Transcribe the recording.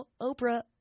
oprah